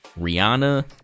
rihanna